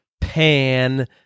pan